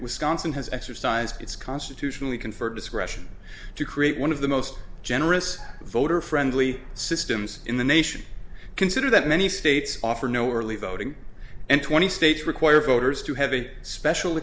wisconsin has exercised its constitutionally conferred discretion to create one of the most generous voter friendly systems in the nation consider that many states offer no early voting and twenty states require voters to have a special